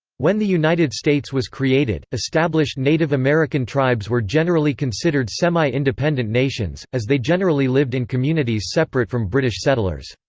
when the united states was created, established native american tribes were generally considered semi-independent nations, as they generally lived in communities separate from british settlers.